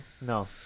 No